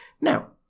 Now